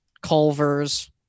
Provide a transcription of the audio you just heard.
Culver's